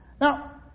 Now